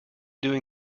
doing